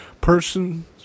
person